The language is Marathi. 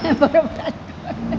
बरोबर